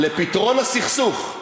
לפתרון הסכסוך.